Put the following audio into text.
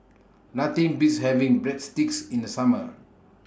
Nothing Beats having Breadsticks in The Summer